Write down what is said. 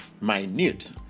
Minute